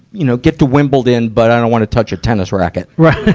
you know get to wimbledon, but i don't wanna touch a tennis racket? right.